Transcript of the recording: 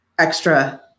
extra